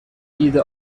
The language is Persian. ایده